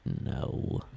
No